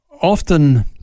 often